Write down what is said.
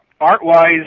art-wise